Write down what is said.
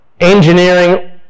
engineering